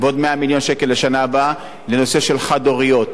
ועוד 100 מיליון לשנה הבאה לנושא של חד-הוריות.